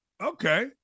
Okay